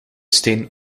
steen